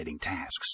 tasks